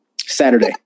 Saturday